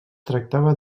tractava